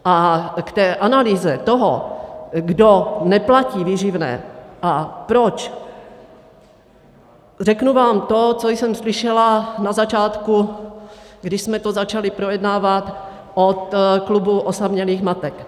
A k analýze toho, kdo neplatí výživné a proč, řeknu vám to, co jsem slyšela na začátku, když jsme to začali projednávat, od Klubu osamělých matek.